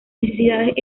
necesidades